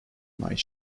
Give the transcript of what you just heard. night